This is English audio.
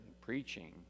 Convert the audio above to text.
preaching